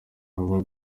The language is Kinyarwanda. habaho